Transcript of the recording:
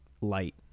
light